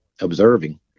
observing